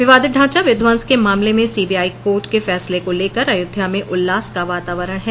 विवादित ढांचा विध्वंस के मामले में सीबीआई कोर्ट के फैसले को लेकर अयोध्या में उल्लास का वातावरण है